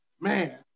Man